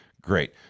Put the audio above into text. Great